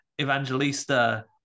evangelista